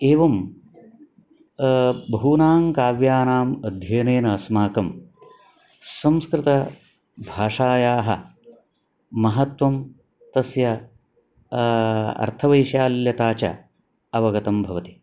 एवं बहूनां काव्यानाम् अध्ययनेन अस्माकं संस्कृतभाषायाः महत्त्वं तस्य अर्थवैशाल्यता च अवगतं भवति